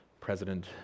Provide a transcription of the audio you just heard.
President